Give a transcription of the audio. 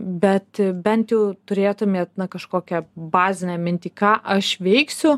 bet bent jau turėtumėt na kažkokią bazinę mintį ką aš veiksiu